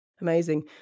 Amazing